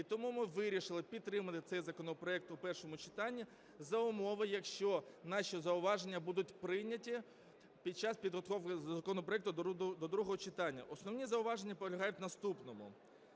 І тому ми вирішили підтримати цей законопроект в першому читанні за умови, якщо наші зауваження будуть прийняті під час підготовки законопроекту до другого читання. Основні зауваження полягають в наступному.